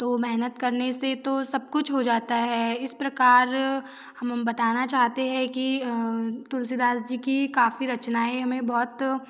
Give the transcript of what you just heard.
तो मेहनत करने से तो सब कुछ हो जाता है इस प्रकार हम बताना चाहते हैं कि तुलसीदास जी की काफ़ी रचनाएं हमें बहुत